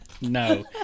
No